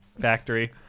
factory